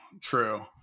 true